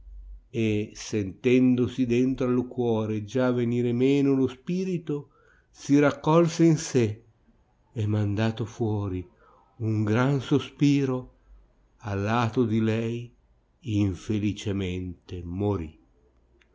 basciò sentendosi dentro al cuore già venire meno lo spirito si raccolse in sé e mandato fuori un gran sospiro a lato di lei infelicemente morì